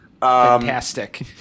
Fantastic